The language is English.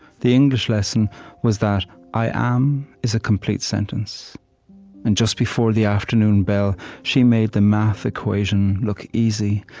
the english lesson was that i am is a complete sentence and just before the afternoon bell, she made the math equation look easy.